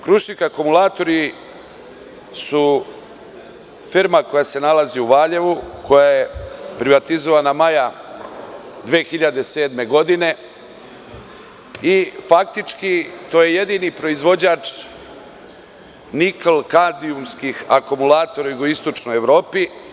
Krušik akumulatori“ su firma koja se nalazi u Valjevu, koja je privatizovana maja 2007. godine i faktički to je jedini proizvođač nikl kardijumskih akumulatora u jugoistočnoj Evropi.